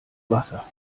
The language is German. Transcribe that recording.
wasser